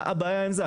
מה הבעיה עם זה?